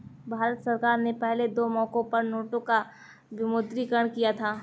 भारत सरकार ने पहले दो मौकों पर नोटों का विमुद्रीकरण किया था